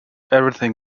everything